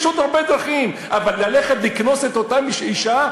יש עוד הרבה דרכים, אבל ללכת ולקנוס את אותה אישה?